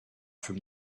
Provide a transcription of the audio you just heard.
from